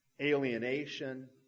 alienation